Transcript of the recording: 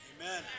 Amen